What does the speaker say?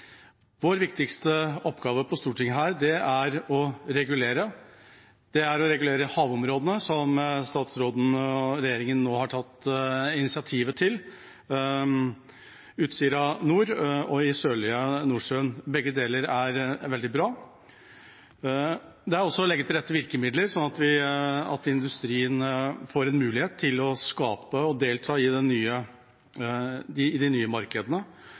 Vår viktigste oppgave her på Stortinget er å regulere. Det er å regulere havområdene, som statsråden og regjeringa nå har tatt initiativet til, i Utsira nord og i sørlige Nordsjøen. Begge deler er veldig bra. Det er også å legge til rette med virkemidler, slik at industrien får en mulighet til å skape og å delta i de nye markedene.